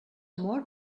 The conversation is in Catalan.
amor